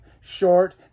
Short